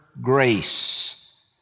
grace